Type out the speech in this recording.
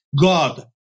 God